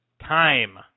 time